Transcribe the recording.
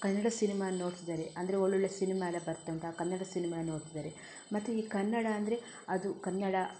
Kannada cinema ನೋಡ್ತಿದಾರೆ ಅಂದರೆ ಒಳ್ಳೊಳ್ಳೆ ಸಿನಿಮಾ ಎಲ್ಲ ಬರ್ತಾ ಉಂಟು ಆ ಕನ್ನಡ ಸಿನಿಮಾ ನೋಡ್ತಿದ್ದಾರೆ ಮತ್ತು ಈ ಕನ್ನಡ ಅಂದರೆ ಅದು ಕನ್ನಡ